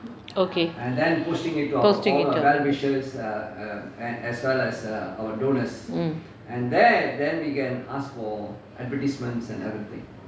okay posting it mm